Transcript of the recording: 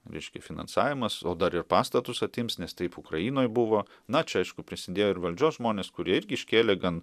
reiškia finansavimas o dar ir pastatus atims nes taip ukrainoj buvo na čia aišku prisidėjo ir valdžios žmonės kurie irgi iškėlė gan